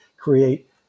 create